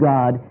God